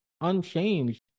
unchanged